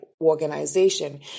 organization